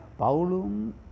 Paulum